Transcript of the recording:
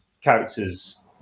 characters